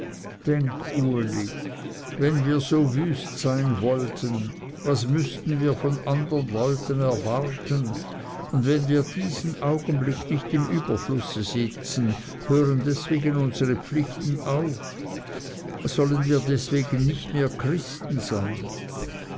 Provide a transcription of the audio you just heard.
wenn wir so wüst sein wollten was mußten wir von andern leuten erwarten und wenn wir diesen augenblick nicht im überflusse sitzen hören deswegen unsere pflichten auf sollen wir deswegen nicht mehr christen sein